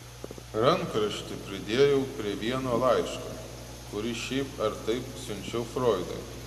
rankraštį pridėjau prie vieno laiško kurį šiaip ar taip siunčiau froidui